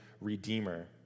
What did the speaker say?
redeemer